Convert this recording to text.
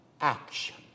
action